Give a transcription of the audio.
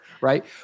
right